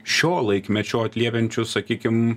šio laikmečio atliepiančius sakykim